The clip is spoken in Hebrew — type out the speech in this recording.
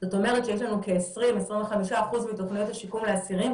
זאת אומרת שיש לנו כ-25%-20% מתוכניות השיקום לאסירים